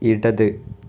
ഇടത്